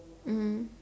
mm